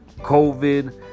COVID